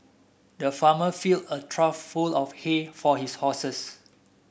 the farmer filled a trough full of hay for his horses